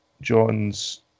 John's